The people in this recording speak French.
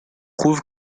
trouvent